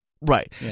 Right